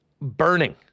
burning